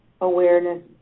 awareness